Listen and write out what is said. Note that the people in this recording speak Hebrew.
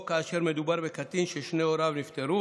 או כאשר מדובר בקטין ששני הוריו נפטרו